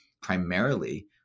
primarily